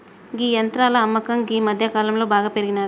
గీ యంత్రాల అమ్మకం గీ మధ్యకాలంలో బాగా పెరిగినాది